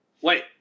wait